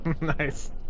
Nice